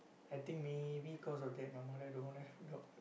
I think maybe cause of that my mother don't want a dog